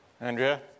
Andrea